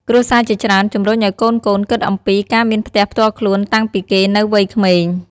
គ្រួសារជាច្រើនជម្រុញឱ្យកូនៗគីតអំពីការមានផ្ទះផ្ទាល់ខ្លួនតាំងពីគេនៅវ័យក្មេង។